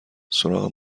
سراغ